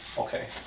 Okay